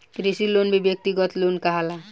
कृषि लोन भी व्यक्तिगत लोन कहाला